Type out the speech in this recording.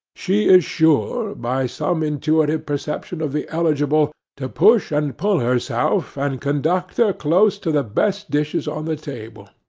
she is sure, by some intuitive perception of the eligible, to push and pull herself and conductor close to the best dishes on the table